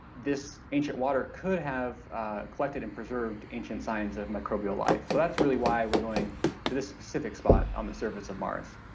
this ancient water could have collected and preserved ancient signs of microbial life so that's really why we're going to this specific spot on the surface of mars.